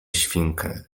świnkę